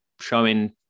showing